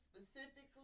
specifically